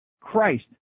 Christ